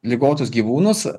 ligotus gyvūnus